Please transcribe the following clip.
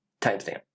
Timestamp